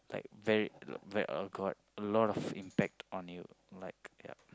like very like very uh got a lot of impact on you like yeah